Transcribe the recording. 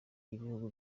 y’ibihugu